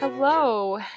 Hello